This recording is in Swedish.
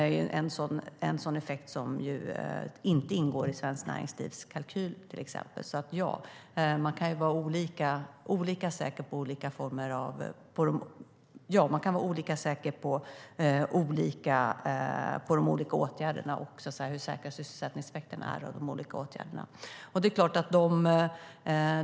Det är en effekt som inte ingår i Svenskt Näringslivs kalkyl. Ja, man kan alltså vara olika säker på sysselsättningseffekterna av de olika åtgärderna.